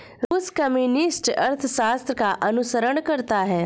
रूस कम्युनिस्ट अर्थशास्त्र का अनुसरण करता है